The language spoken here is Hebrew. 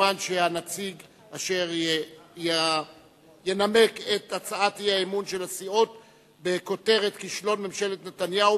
הנציג אשר ינמק את הצעת האי-אמון של הסיעות בכותרת: כישלון ממשלת נתניהו